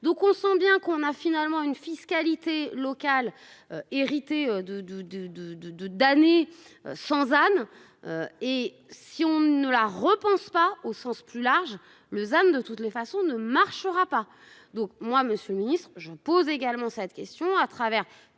donc on sent bien qu'on a finalement une fiscalité locale. Hérité de de de de de de d'année sans âme. Et si on ne la repense pas au sens plus large. Le Zamme de toutes les façons ne marchera pas. Donc moi, Monsieur le Ministre, je pose également cette question à travers